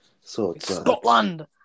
Scotland